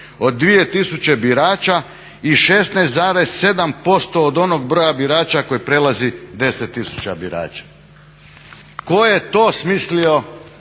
tisuće birača i 16,7% od onog broja birača koji prelazi 10 tisuća birača. Tko je to smislio